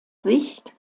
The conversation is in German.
sicht